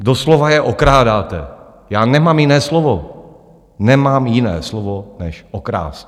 Doslova je okrádáte, já nemám jiné slovo, nemám jiné slovo než okrást.